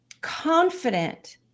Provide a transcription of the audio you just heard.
confident